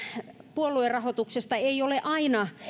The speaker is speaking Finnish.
puoluerahoituksesta ei ole aina